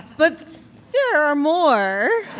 but there are more